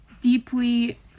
deeply